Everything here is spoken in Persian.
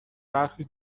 برخی